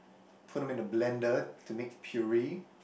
put them in a blender to make puree